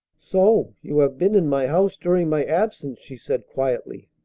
so you have been in my house during my absence! she said quietly.